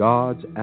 God's